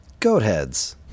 Goatheads